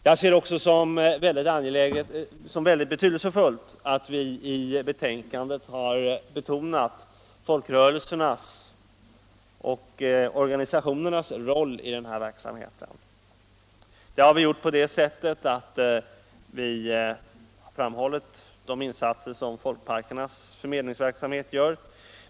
Jag ser det också som mycket betydelsefullt att vi i betänkandet har betonat folkröreisernas och organisationernas roll i denna verksamhet. Vi framhåller sålunda de insatser som folkparkernas förmedlingsverksamhet gör.